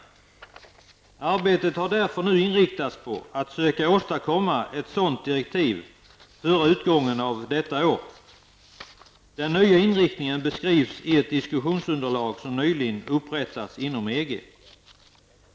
Man har därför inriktat arbetet på att söka åstadkomma ett sådant direktiv före utgången av detta år. Den nya inriktningen beskrivs i ett diskussionsunderlag som nyligen har upprättats inom EG.